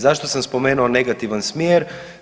Zašto sam spomenu negativan smjer?